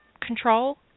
control